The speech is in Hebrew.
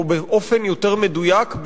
ובאופן יותר מדויק,